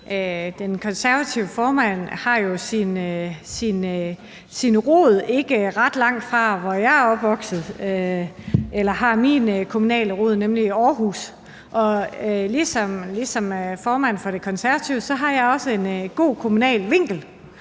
den konservative formand har jo sine rødder ikke langt fra, hvor jeg er vokset op eller har mine kommunale rødder, nemlig i Aarhus. Og ligesom formanden for Det Konservative Folkeparti har jeg også en god kommunal vinkel